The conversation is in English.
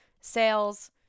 sales